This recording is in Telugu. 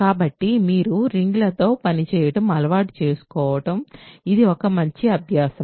కాబట్టి మీరు రింగులతో పని చేయడం అలవాటు చేసుకోవడం కోసం ఇది ఒక మంచి అభ్యాసము